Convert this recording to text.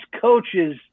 coaches